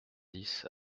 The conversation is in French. dix